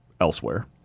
elsewhere